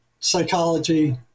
psychology